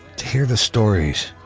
to hear the stories,